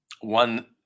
one